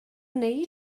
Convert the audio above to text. wnei